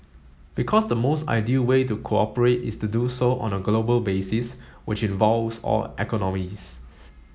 because the most ideal way to cooperate is to do so on a global basis which involves all economies